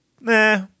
nah